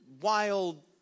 wild